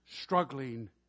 struggling